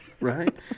right